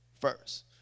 first